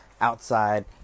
outside